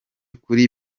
kuri